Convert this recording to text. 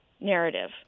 narrative